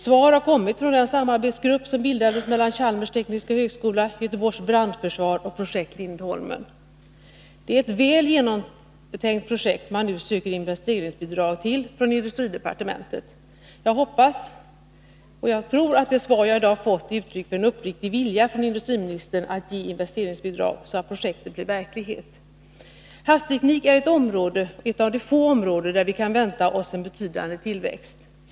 Svar har kommit från den samarbetsgrupp som bildades mellan Chalmers Tekniska Högskola, Göteborgs Brandförsvar och Projekt Lindholmen. Det är ett väl genomtänkt projekt som man nu söker investeringsbidrag till från industridepartementet. Jag hoppas och tror att det svar jag i dag fått är uttryck för en uppriktig vilja från industriministern att ge investeringsbidrag, så att projektet blir verklighet. Havsteknik är ett av de få områden där vi kan vänta oss en betydande tillväxt.